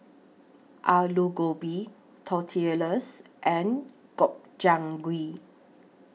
Alu Gobi Tortillas and Gobchang Gui